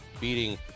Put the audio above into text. beating